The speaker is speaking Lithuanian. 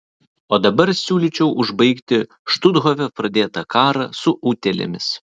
o dabar siūlyčiau užbaigti štuthofe pradėtą karą su utėlėmis